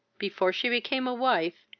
before she became a wife,